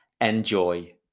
Enjoy